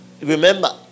Remember